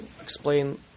explain